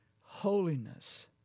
holiness